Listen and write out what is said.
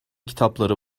kitapları